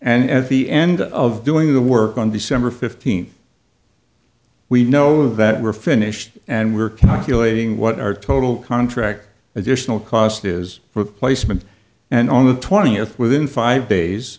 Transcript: and at the end of doing the work on december fifteenth we know that we're finished and we're calculating what our total contract additional cost is replacement and on the twentieth within five days